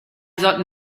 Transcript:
sollten